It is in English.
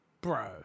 Bro